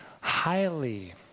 highly